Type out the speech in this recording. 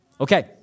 Okay